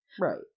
Right